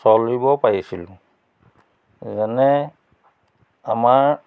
চলিব পাৰিছিলোঁ যেনে আমাৰ